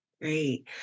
Great